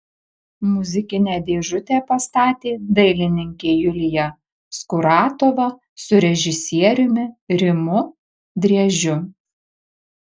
muzikinę dėžutę pastatė dailininkė julija skuratova su režisieriumi rimu driežiu